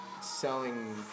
selling